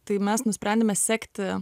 tai mes nusprendėme sekti